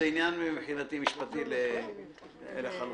זה מבחינתי עניין משפטי לחלוטין.